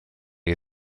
jej